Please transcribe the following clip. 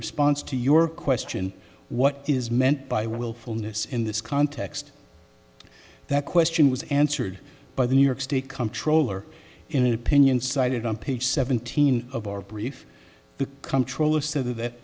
response to your question what is meant by wilfulness in this context that question was answered by the new york state comptroller in the opinion cited on page seventeen of our brief the comptroller said that that